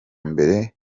mbere